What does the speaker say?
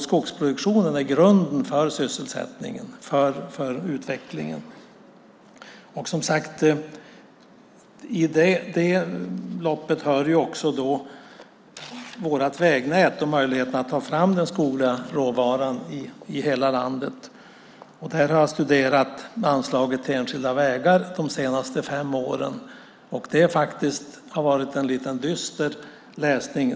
Skogsproduktionen är ju ändå grunden för sysselsättningen och utvecklingen. En viktig del i detta är också vårt vägnät och möjligheterna att ta fram den skogliga råvaran i hela landet. Här har jag studerat anslaget till enskilda vägar de senaste fem åren. Det har faktiskt varit dyster läsning.